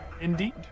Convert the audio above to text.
Indeed